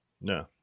No